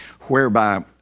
whereby